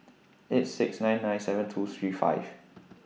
eight six nine nine seven two three five